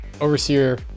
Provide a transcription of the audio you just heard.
Overseer